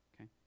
Okay